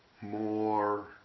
more